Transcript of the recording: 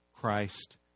Christ